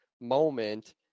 moment